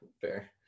fair